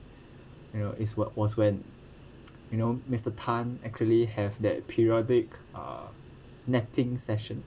you know is wh~ was when you know mr tan actually have that periodic uh napping session